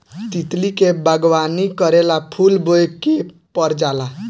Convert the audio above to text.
तितली के बागवानी करेला फूल बोए के पर जाला